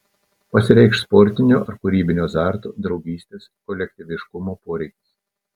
pasireikš sportinio ar kūrybinio azarto draugystės kolektyviškumo poreikis